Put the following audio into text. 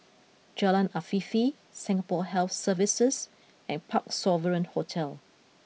Jalan Afifi Singapore Health Services and Parc Sovereign Hotel